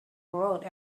road